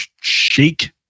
shake